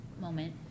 moment